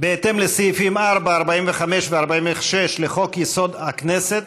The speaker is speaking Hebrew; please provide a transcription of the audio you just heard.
בהתאם לסעיפים 4, 45 ו-46 לחוק-יסוד: הכנסת,